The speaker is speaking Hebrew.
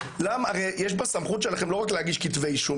הרי יש בסמכות שלכם לא רק להגיש כתבי אישום,